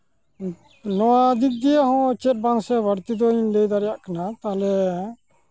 ᱱᱚᱣᱟ ᱫᱤᱠᱫᱤᱭᱮ ᱦᱚᱸ ᱪᱮᱫ ᱵᱟᱝ ᱥᱮ ᱵᱟᱹᱲᱛᱤ ᱫᱚᱧ ᱞᱟᱹᱭ ᱫᱟᱲᱮᱭᱟᱜ ᱠᱟᱱᱟ ᱯᱟᱞᱮ